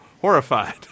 horrified